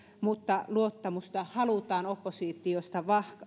mutta luottamusta halutaan oppositiosta